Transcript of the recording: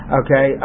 okay